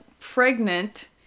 pregnant